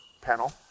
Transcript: panel